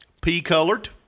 P-colored